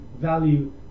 value